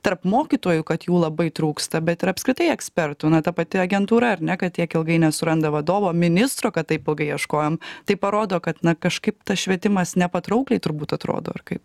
tarp mokytojų kad jų labai trūksta bet ir apskritai ekspertų na ta pati agentūra ar ne kad tiek ilgai nesuranda vadovo ministro kad taip ilgai ieškojom tai parodo kad na kažkaip tas švietimas nepatraukliai turbūt atrodo ar kaip